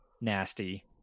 nasty